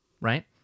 right